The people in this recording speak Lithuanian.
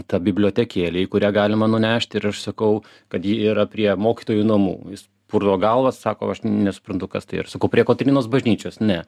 ta bibliotekėlė į kurią galima nunešti ir aš sakau kad ji yra prie mokytojų namų jis purto galvą sako aš nesuprantu kas tai yra aš sakau prie kotrynos bažnyčios ne